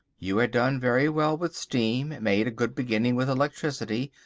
you had done very well with steam, made a good beginning with electricity,